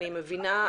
אני מבינה,